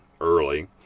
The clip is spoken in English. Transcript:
early